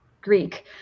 Greek